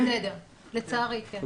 לצערי, כן.